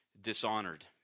dishonored